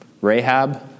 Rahab